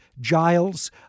Giles